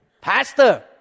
Pastor